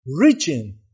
reaching